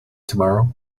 tomorrow